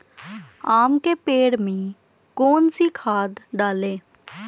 आम के पेड़ में कौन सी खाद डालें?